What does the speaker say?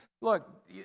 Look